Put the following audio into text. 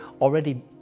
already